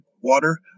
water